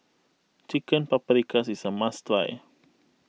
Chicken Paprikas is a must try